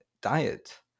diet